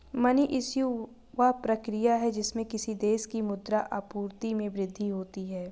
money issue, वह प्रक्रिया है जिससे किसी देश की मुद्रा आपूर्ति में वृद्धि होती है